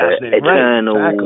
eternal